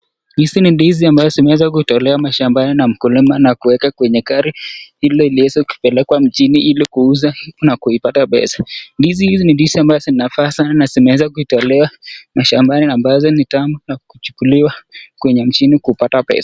Hizi ni ndizi ambazo zimeweza kutolewa mashambani na mkulima na kuwekwa kwenye gari hilo ili iweze kupelekwa mjini ili kuuza na kuipata pesa. Ndizi hizi ni ndizi ambazo zinafaa sana na zimeweza kutolewa mashambani ambazo ni tamu na kuchukuliwa kwenye nchini kupata pesa.